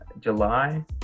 July